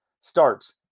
starts